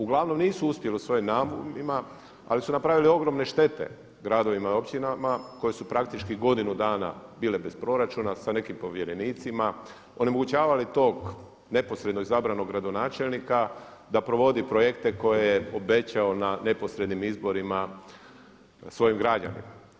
Uglavnom nisu uspjeli u svojim naumima ali su napravili ogromne štete gradovima i općinama koje su praktički godinu dana bile bez proračuna sa nekim povjerenicima, onemogućavali tog neposredno izabranog gradonačelnika da provodi projekte koje je obećao na neposrednim izborima svojim građanima.